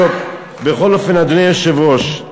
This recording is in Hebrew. בכל אופן, אדוני היושב-ראש,